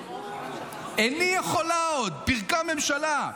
איני יכולה עוד, פירקה ממשלה.